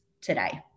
today